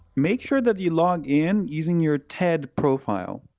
make sure that you log in using your ted profile.